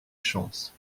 chance